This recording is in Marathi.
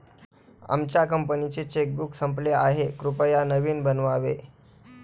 आमच्या कंपनीचे चेकबुक संपले आहे, कृपया नवीन बनवावे